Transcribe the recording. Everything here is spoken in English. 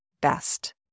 Best